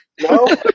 No